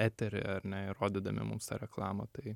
eterį ar ne ir rodydami mums tą reklamą tai